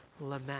lament